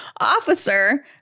officer